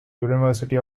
university